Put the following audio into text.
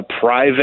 private